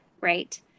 right